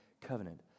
covenant